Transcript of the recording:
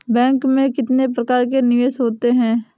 Bank में कितने प्रकार के निवेश होते हैं?